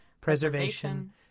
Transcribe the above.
preservation